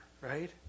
right